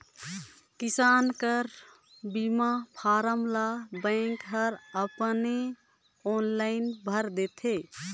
किसान कर बीमा फारम ल बेंक हर अपने आनलाईन भइर देथे